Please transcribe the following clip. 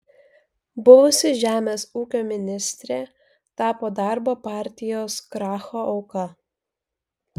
buvusi žemės ūkio ministrė tapo darbo partijos kracho auka